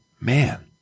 man